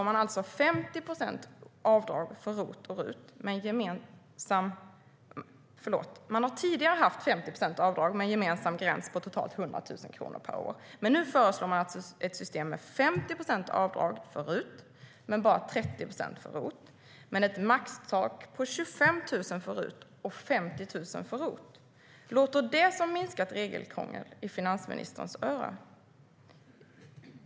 Man har tidigare haft 50 procents avdrag med en gemensam gräns på totalt 100 000 kronor per år. Nu föreslår man alltså ett system med 50 procents avdrag för RUT men bara 30 procent för ROT, med ett maxtak för 25 000 kronor för RUT och 50 000 kronor för ROT. Låter detta som minskat regelkrångel i finansministerns öron?